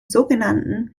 sogenannten